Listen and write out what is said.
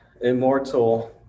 Immortal